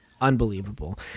unbelievable